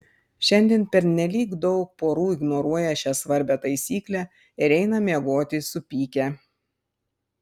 šiandien pernelyg daug porų ignoruoja šią svarbią taisyklę ir eina miegoti supykę